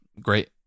great